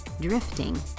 drifting